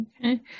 Okay